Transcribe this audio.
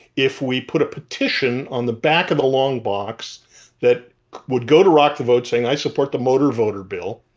if we put a petition on the back of the long box that would go to rock the vote saying i support the motor voter bill,